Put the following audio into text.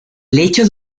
lecho